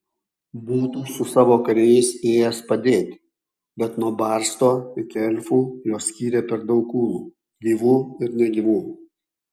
būtų su savo kariais ėjęs padėti bet nuo barsto ir elfų juos skyrė per daug kūnų gyvų ir negyvų